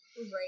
Right